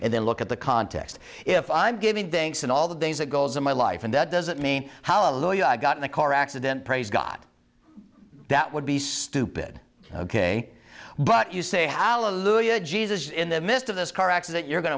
and then look at the context if i'm giving thanks and all the things that goes in my life and that doesn't mean how loyal i got in a car accident praise god that would be stupid ok but you say hallelujah jesus in the midst of this car accident you're going